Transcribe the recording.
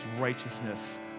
righteousness